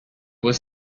was